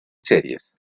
series